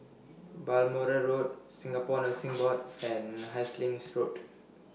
Balmoral Road Singapore Nursing Board and Hastings Road